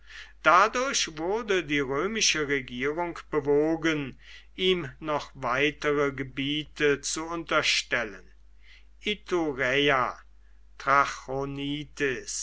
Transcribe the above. dadurch wurde die römische regierung bewogen ihm noch weitere gebiete zu unterstellen